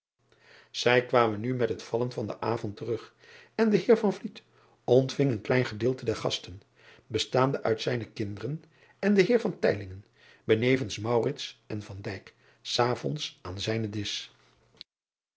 ij kwamen nu met het vallen van den avond terug en de eer ontving een klein gedeelte der gasten bestaande uit zijne kinderen en den eer benevens en s avonds aan zijnen disch